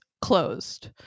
closed